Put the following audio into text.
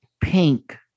pink